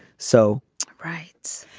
so right.